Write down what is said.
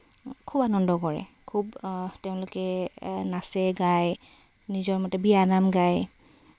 খুব আনন্দ কৰে খুব তেওঁলোকে নাচে গায় নিজৰ মতে বিয়ানাম গায়